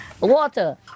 water